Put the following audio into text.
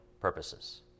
purposes